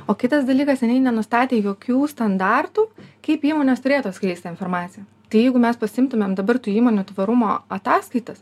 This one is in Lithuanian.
o kitas dalykas jinai nenustatė jokių standartų kaip įmonės turėtų atskleisti informaciją tai jeigu mes pasiimtumėm dabar tų įmonių tvarumo ataskaitas